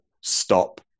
stop